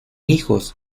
hijos